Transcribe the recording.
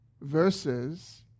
verses